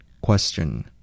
Question